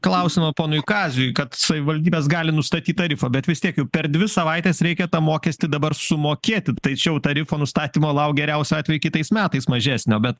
klausimą ponui kaziui kad savivaldybės gali nustatyt tarifą bet vis tiek jau per dvi savaites reikia tą mokestį dabar sumokėti ta čia jau tarifo nustatymo lauk geriausiu atveju kitais metais mažesnio bet